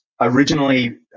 Originally